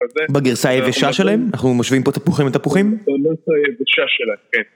בגרסה היבשה שלהם? אנחנו משווים פה תפוחים ותפוחים? בגרסה היבשה שלהם, כן.